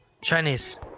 Chinese